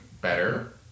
better